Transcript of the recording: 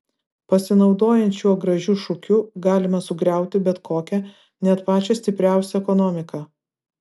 pasinaudojant šiuo gražiu šūkiu galima sugriauti bet kokią net pačią stipriausią ekonomiką